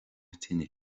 tine